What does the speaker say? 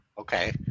okay